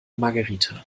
margarita